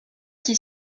qui